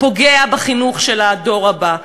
פוגע בחינוך של הדור הבא.